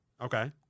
Okay